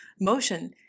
motion